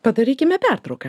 padarykime pertrauką